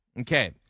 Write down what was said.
Okay